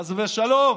חס ושלום.